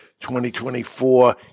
2024